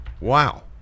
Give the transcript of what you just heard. wow